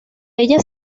ellas